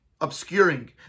obscuring